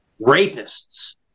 Rapists